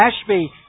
Ashby